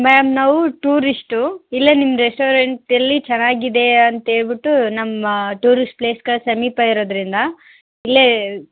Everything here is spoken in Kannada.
ಮ್ಯಾಮ್ ನಾವು ಟೂರಿಸ್ಟು ಇಲ್ಲೇ ನಿಮ್ಮ ರೆಸ್ಟೋರೆಂಟಲ್ಲಿ ಚೆನ್ನಾಗಿದೆ ಅಂತೇಳ್ಬಿಟ್ಟು ನಮ್ಮ ಟೂರಿಸ್ಟ್ ಪ್ಲೇಸ್ಗಳ ಸಮೀಪ ಇರೋದರಿಂದ ಇಲ್ಲೇ